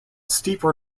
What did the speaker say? steeper